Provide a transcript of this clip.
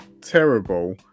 terrible